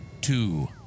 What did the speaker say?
two